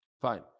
fine